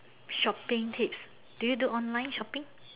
shopping tips do you do online shopping